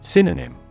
Synonym